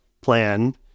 plan